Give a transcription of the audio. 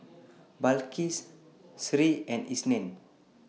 Balqis Sri and Isnin